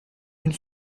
une